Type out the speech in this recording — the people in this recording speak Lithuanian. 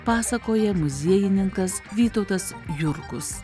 pasakoja muziejininkas vytautas jurkus